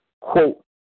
quote